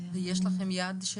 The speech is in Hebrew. יש לכם יד?